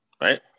right